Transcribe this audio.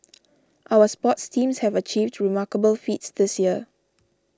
our sports teams have achieved remarkable feats this year